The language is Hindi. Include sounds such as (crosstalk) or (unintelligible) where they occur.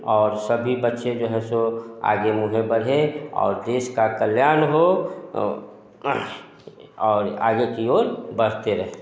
और सभी बच्चे जो हैं सो आगे (unintelligible) बढ़ें और देश का कल्याण हो और आगे की ओर बढ़ते रहें